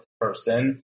person